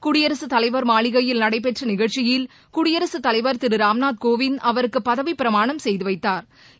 குடியரசுத் தலைவர் மாளிகையில் நடைபெற்ற நிகழ்ச்சியில் குடியரசுத் தலைவர் திரு ராம்நாத் கோவிந்த் அவருக்கு பதவிப்பிரமாணம் செய்து வைத்தாா்